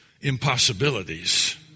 impossibilities